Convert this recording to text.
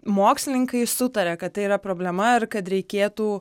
mokslininkai sutaria kad tai yra problema ir kad reikėtų